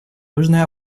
южная